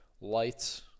lights